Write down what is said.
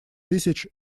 тысяч